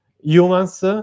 Humans